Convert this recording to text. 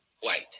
white